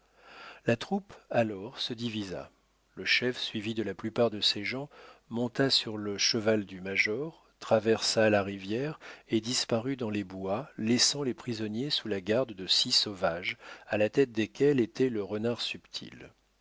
la troupe alors se divisa le chef suivi de la plupart de ses gens monta sur le cheval du major traversa la rivière et disparut dans les bois laissant les prisonniers sous la garde de six sauvages à la tête desquels était le renard subtil